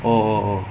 so like